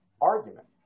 argument